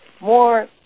more